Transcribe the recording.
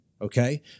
okay